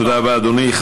תודה רבה, אדוני.